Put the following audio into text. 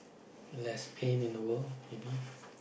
less pain in the world maybe